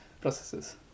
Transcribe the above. processes